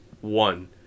one